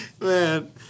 man